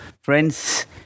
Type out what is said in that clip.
Friends